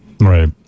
right